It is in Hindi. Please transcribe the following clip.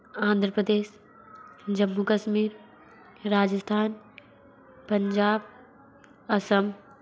आन्ध्र प्रदेश जम्मू कश्मीर राजस्थान पंजाब असम